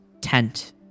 tent